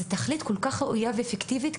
זוהי תכלית כל כך ראויה ואפקטיבית,